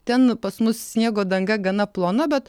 ten pas mus sniego danga gana plona bet